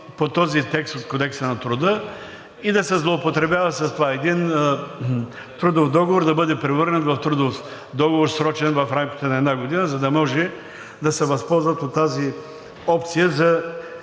по този текст от Кодекса на труда и да се злоупотребява с това един трудов договор да бъде превърнат в трудов договор – срочен, в рамките на една година, за да може да се възползват от тази опция за